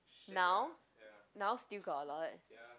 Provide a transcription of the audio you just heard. now now still got a lot